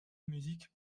music